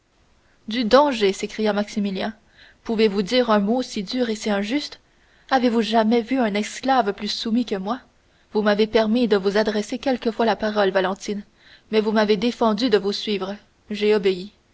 du danger s'écria maximilien pouvez-vous dire un mot si dur et si injuste avez-vous jamais vu un esclave plus soumis que moi vous m'avez permis de vous adresser quelquefois la parole valentine mais vous m'avez défendu de vous suivre j'ai obéi